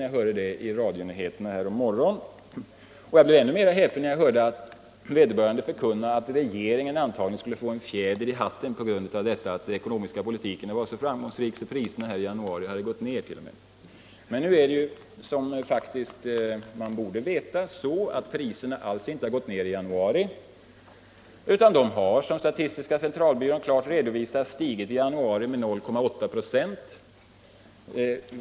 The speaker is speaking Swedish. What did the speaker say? Jag höll på att trilla omkull när jag hörde det, och jag blev ännu mer häpen när uppläsaren förkunnade att regeringen antagligen skulle få en fjäder i hatten på grund av att den ekonomiska politiken förts så framgångsrikt att priserna i januari gått ned. Men nu är det, som man faktiskt borde veta, så att priserna alls inte gått ned utan de har, som statistiska centralbyrån klart redovisat, stigit i januari med 0,8 26.